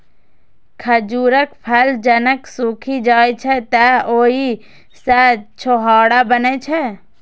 खजूरक फल जखन सूखि जाइ छै, तं ओइ सं छोहाड़ा बनै छै